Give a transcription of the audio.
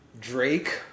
Drake